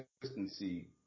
consistency